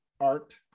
art